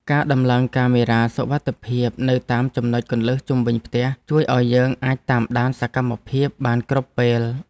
ការដំឡើងកាមេរ៉ាសុវត្ថិភាពនៅតាមចំណុចគន្លឹះជុំវិញផ្ទះជួយឱ្យយើងអាចតាមដានសកម្មភាពបានគ្រប់ពេល។